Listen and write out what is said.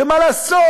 שמה לעשות,